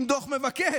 עם דוח מבקר.